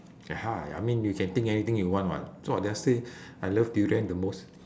I mean you can think anything you want [what] so I just say I love durian the most